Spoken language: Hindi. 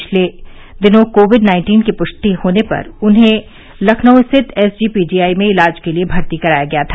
पिछले दिनों कोविड नाइन्टीन की पुष्टि होने पर उन्हें लखनऊ स्थित एसजीपीजीआई में इलाज के लिए भर्ती कराया गया था